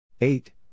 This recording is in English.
Eight